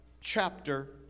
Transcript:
chapter